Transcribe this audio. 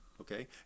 Okay